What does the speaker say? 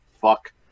fuck